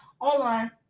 online